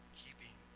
keeping